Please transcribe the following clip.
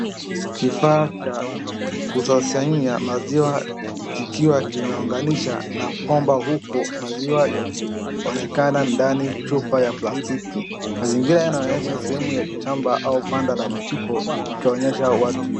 Kifaa cha kukusanya maziwa kikiwa kimeunganisha na pampu huku maziwa yakionekana ndani ya chupa ya plastiki, mazingira yanaonyesha sehemu ya shamba au banda la mifugo ikionyesha watu hivo.